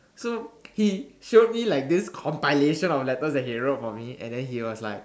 so he showed me like this compilation of letters that he wrote for me and then he was like